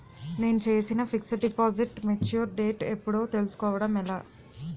నేను చేసిన fixed deposit mature date ఎప్పుడో తెల్సుకోవడం ఎలా?